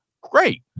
Great